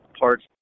parts